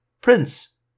Prince